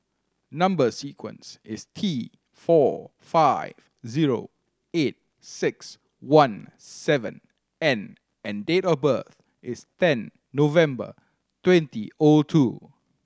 number sequence is T four five zero eight six one seven N and date of birth is ten November twenty O two